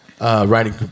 writing